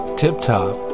tip-top